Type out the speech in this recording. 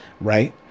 right